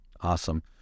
Awesome